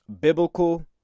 Biblical